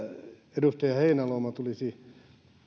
edustaja heinäluoma tulisi